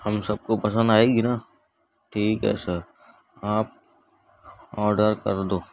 ہم سب کو پسند آئے گی نا ٹھیک ہے سر آپ آڈر کر دو